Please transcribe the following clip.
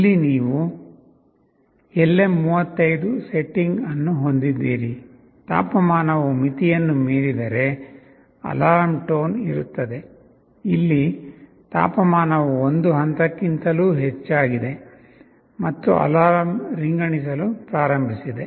ಇಲ್ಲಿ ನೀವು LM35 setting ಅನ್ನು ಹೊಂದಿದ್ದೀರಿ ತಾಪಮಾನವು ಮಿತಿಯನ್ನು ಮೀರಿದರೆ ಅಲಾರಾಂ ಟೋನ್ ಇರುತ್ತದೆ ಇಲ್ಲಿ ತಾಪಮಾನವು ಒಂದು ಹಂತಕ್ಕಿಂತಲೂ ಹೆಚ್ಚಾಗಿದೆ ಮತ್ತು ಅಲಾರಂ ರಿಂಗಣಿಸಲು ಪ್ರಾರಂಭಿಸಿದೆ